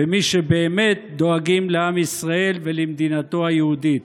במי שבאמת דואגים לעם ישראל ולמדינתו היהודית.